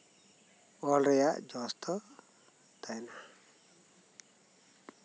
ᱚᱞ ᱨᱮᱭᱟᱜ ᱡᱚᱥ ᱫᱚ ᱛᱟᱸᱦᱮ ᱠᱟᱱᱟ